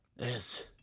Yes